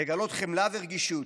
לגלות חמלה ורגישות.